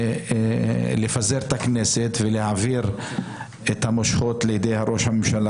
ולפזר את הכנסת ולהעביר את המושכות לידי ראש הממשלה